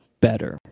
better